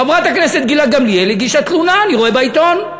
חברת הכנסת גילה גמליאל הגישה תלונה אני רואה בעיתון.